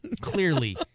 clearly